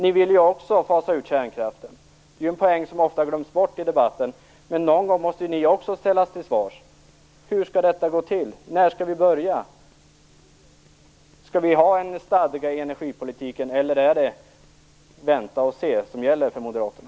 Ni vill ju också fasa ut kärnkraften. Det är en poäng som ofta glöms bort i debatten. Men någon gång måste ni också ställas till svars. Hur skall detta gå till? När skall vi börja? Skall vi ha en stadga i energipolitiken, eller är det "vänta och se" som gäller för Moderaterna?